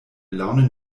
laune